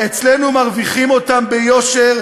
אצלנו מרוויחים אותם ביושר,